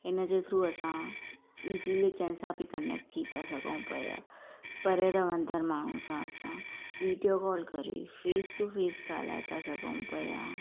इन जे थ्रू असां इज़िली कंहिंसां बि क्नैक्ट थी था सघूं पिया परे रहंदड़ माण्हू सां असां विडियो कॉल करे फेस टू फेस ॻाल्हाए था सघूं पिया